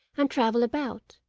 and travel about.